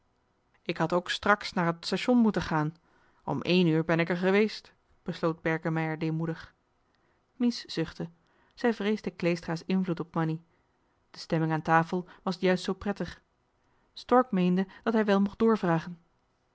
ik had straks ook naar het station moeten gaan om één uur ben k er geweest besloot berkemeier deemoedig mies zuchtte zij vreesde kleestra's invloed op mannie de stemming aan tafel was juist zoo prettig stork meende dat hij wel mocht doorvragen